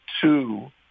two